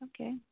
Okay